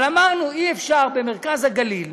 אבל אמרנו, אי-אפשר, במרכז הגליל,